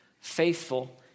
faithful